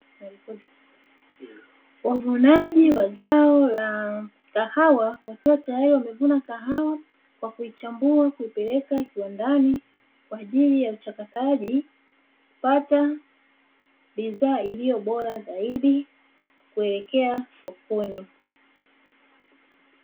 Wavunaji wa zao la kahawa wakiwa tayari wamevuna kahawa kwa kuichambua kuipeleka kiwandani kwa ajili ya uchakataji pata katifu iliyo bora zaidi kuelekea sokoni.